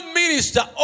minister